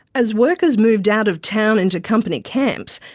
as workers moved out of town into company camps,